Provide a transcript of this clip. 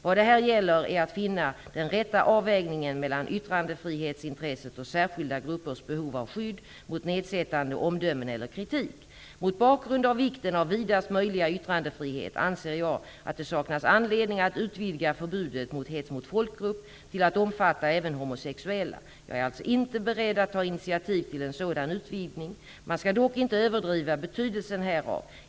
Vad det här gäller är att finna den rätta avvägningen mellan yttrandefrihetsintresset och skilda gruppers behov av skydd mot nedsättande omdömen eller kritik. Mot bakgrund av vikten av vidaste möjliga yttrandefrihet anser jag att det saknas anledning att utvidga förbudet mot hets mot folkgrupp till att omfatta även homosexuella. Jag är alltså inte beredd att ta initiativ till en sådan utvidgning. Man skall dock inte överdriva betydelsen härav.